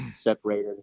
separated